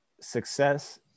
success